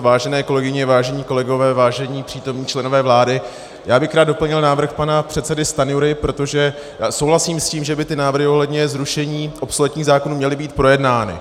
Vážené kolegyně, vážení kolegové, vážení přítomní členové vlády, já bych rád doplnil návrh pana předsedy Stanjury, protože souhlasím s tím, že by ty návrhy ohledně zrušení obsoletních zákonů měly být projednány.